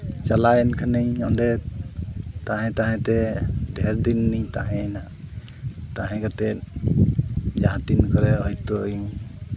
ᱪᱟᱞᱟᱣ ᱮᱱ ᱠᱷᱟᱹᱱᱤᱧ ᱚᱸᱰᱮ ᱛᱟᱦᱮᱸ ᱛᱟᱦᱮᱸ ᱛᱮ ᱰᱷᱮᱨ ᱫᱤᱱ ᱤᱧ ᱛᱟᱦᱮᱸᱭᱮᱱᱟ ᱛᱟᱦᱮᱸ ᱠᱟᱛᱮ ᱡᱟᱦᱟᱸ ᱛᱤᱱ ᱠᱚᱨᱮᱜ ᱦᱚᱭᱛᱳ ᱤᱧ